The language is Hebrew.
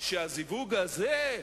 שהזיווג הזה,